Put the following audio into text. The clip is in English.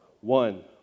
One